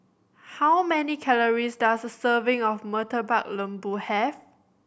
how many calories does a serving of Murtabak Lembu have